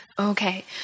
Okay